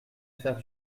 faire